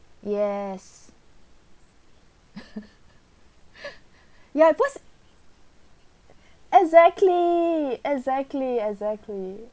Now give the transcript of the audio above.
yes yeah because exactly exactly exactly